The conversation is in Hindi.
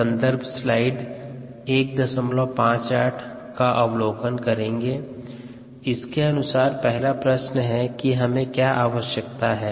सन्दर्भ स्लाइड समय 0158 के अनुसार पहला प्रश्न है कि हमें क्या आवश्यकता है